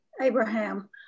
Abraham